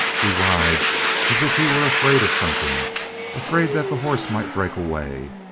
he rides as if he were afraid of something afraid that the horse might break away.